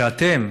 ואתם,